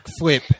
backflip